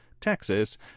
Texas